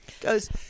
Goes